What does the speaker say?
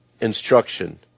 instruction